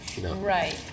Right